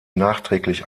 nachträglich